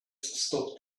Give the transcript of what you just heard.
stop